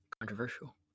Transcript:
controversial